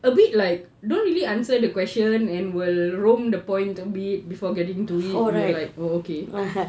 a bit like don't really answer the question and will roam the point a bit before getting into it be like oh okay